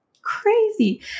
Crazy